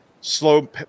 slow